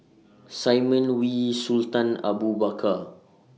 Simon Wee Sultan Abu Bakar